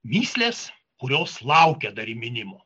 mįslės kurios laukia dar įminimo